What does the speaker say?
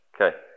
Okay